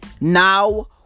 now